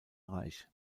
reich